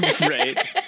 Right